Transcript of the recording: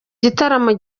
gitaramo